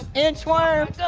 inch worm.